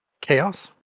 chaos